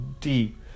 deep